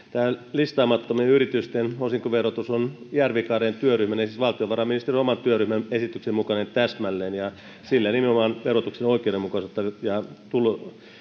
listaamattomien yritysten osinkoverotus on järvikareen työryhmän siis valtiovarainministeriön oman työryhmän esityksen mukainen täsmälleen ja sillä nimenomaan verotuksen oikeudenmukaisuutta ja